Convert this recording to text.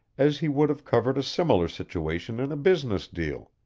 as he would have covered a similar situation in a business deal.